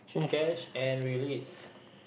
catch and release